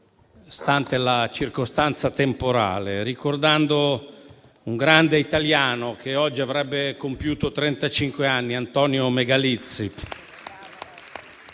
stante la circostanza temporale, ricordando un grande italiano che oggi avrebbe compiuto trentacinque anni, Antonio Megalizzi.